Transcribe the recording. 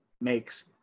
makes